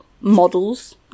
models